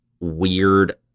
weird